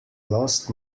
lost